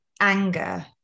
anger